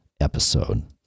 episode